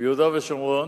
ביהודה ושומרון.